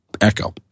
echo